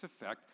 effect